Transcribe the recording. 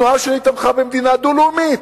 התנועה שלי תמכה במדינה דו-לאומית.